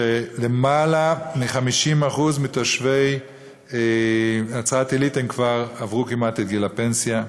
שיותר מ-50% מתושבי נצרת-עילית כבר עברו את גיל הפנסיה,